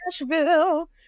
Nashville